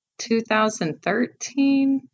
2013